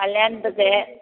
கல்யாணத்துக்கு